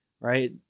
Right